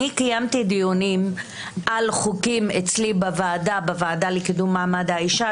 אני קיימתי דיונים על חוקים אצלי בוועדה לקידום מעמד האישה,